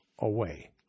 away